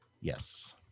yes